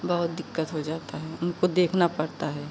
बहुत दिक्कत हो जाता है उनको देखना पड़ता है